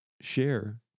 share